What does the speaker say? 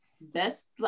Best